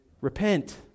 Repent